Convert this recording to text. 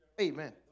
Amen